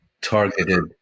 targeted